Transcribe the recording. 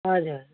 हजुर